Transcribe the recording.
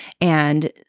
And-